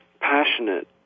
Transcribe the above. passionate